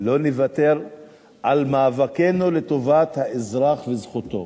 לא נוותר על מאבקנו לטובת האזרח וזכותו,